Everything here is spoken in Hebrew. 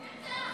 מי אתה?